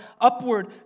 upward